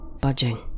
budging